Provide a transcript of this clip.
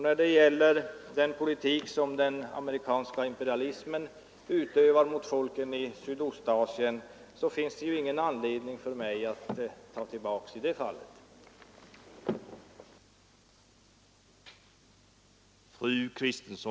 När det gäller den politik som den amerikanska imperialismen bedriver gentemot folken i Sydostasien finns heller ingen anledning för mig att ta tillbaka vad jag sagt.